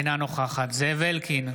אינה נוכחת זאב אלקין,